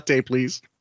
please